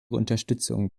unterstützung